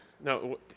No